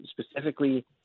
specifically